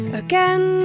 again